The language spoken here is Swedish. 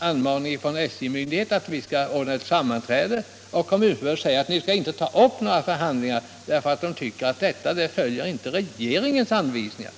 anmaning från SJ att ordna ett sam = Nr 30 manträde, och Kommunförbundet säger: Ni skall inte ta upp några för Torsdagen den handlingar. Motiveringen är att Kommunförbundet tycker att detta inte — 27 november 1975 är i enlighet med regeringens anvisningar.